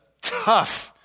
tough